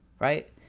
right